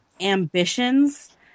ambitions